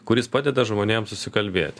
kuris padeda žmonėm susikalbėti